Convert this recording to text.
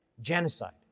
Genocide